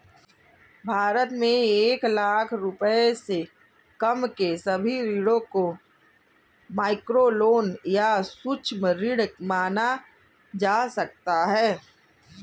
भारत में एक लाख रुपए से कम के सभी ऋणों को माइक्रोलोन या सूक्ष्म ऋण माना जा सकता है